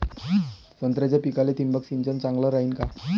संत्र्याच्या पिकाले थिंबक सिंचन चांगलं रायीन का?